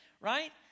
right